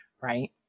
Right